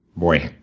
boy,